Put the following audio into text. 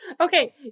Okay